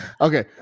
Okay